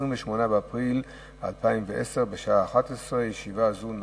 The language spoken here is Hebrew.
28 באפריל 2010, בשעה 11:00. ישיבה זו נעולה.